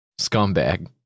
scumbag